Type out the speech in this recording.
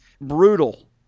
brutal